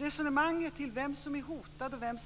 Jag måste tillstå att jag inte förstår resonemanget om vem som är hotad och vem